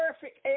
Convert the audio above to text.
perfect